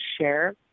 share